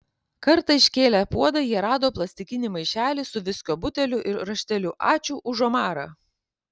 kartą iškėlę puodą jie rado plastikinį maišelį su viskio buteliu ir rašteliu ačiū už omarą